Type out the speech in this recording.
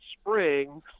Spring